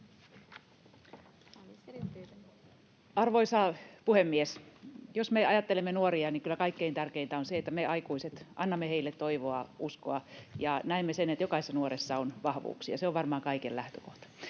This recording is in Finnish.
Arvoisa puhemies! Jos me ajattelemme nuoria, niin kyllä kaikkein tärkeitä on se, että me aikuiset annamme heille toivoa, uskoa ja näemme sen, että jokaisessa nuoressa on vahvuuksia, ja se on varmaan kaiken lähtökohta.